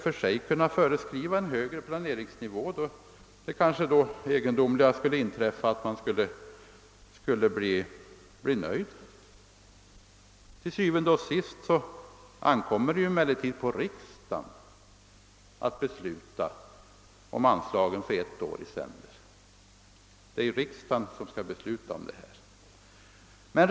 Til syvende og sidst ankommer det på riksdagen att besluta om anslagen för ett år i sänder.